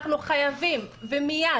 אנחנו חייבים מיד